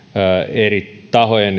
eri tahojen